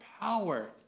power